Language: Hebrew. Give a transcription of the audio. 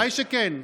בוודאי שכן.